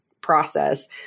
process